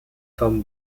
formes